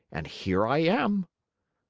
and here i am.